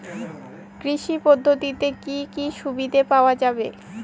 কৃষি পদ্ধতিতে কি কি সুবিধা পাওয়া যাবে?